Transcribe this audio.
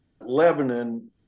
Lebanon